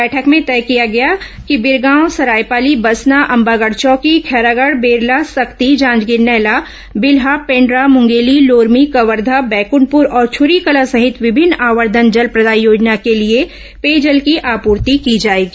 बैठक में तय किया गया कि बिरगांव सरायपाली बसना अंबागढ़ चौकी खैरागढ़ बेरला सख्ती जांजगीर नैला बिल्हा पेंड्रा मुंगेली लोरमी कवर्घा बैकुंठपुर और छुरीकला सहित विभिन्न आवर्धन जल प्रदाय योजना के लिए पेयजल की आपूर्ति की जाएगी